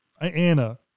Anna